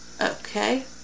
Okay